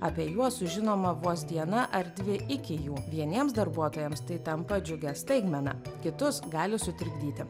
apie juos sužinoma vos diena ar dvi iki jų vieniems darbuotojams tai tampa džiugia staigmena kitus gali sutrikdyti